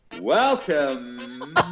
Welcome